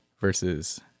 versus